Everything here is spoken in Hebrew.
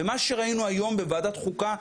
ומה שראינו היום בוועדת חוקה,